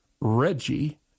Reggie